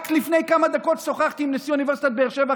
רק לפני כמה דקות שוחחתי עם נשיא אוניברסיטת באר שבע,